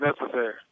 necessary